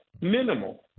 minimal